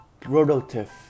productive